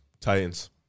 Titans